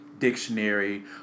Dictionary